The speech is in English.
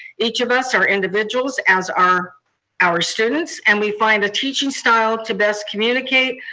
each of us are individuals, as are our students, and we find the teaching style to best communicate,